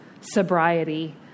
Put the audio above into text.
sobriety